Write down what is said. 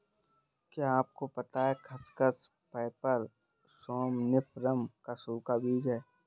क्या आपको पता है खसखस, पैपर सोमनिफरम का सूखा बीज है?